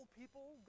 people